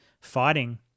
fighting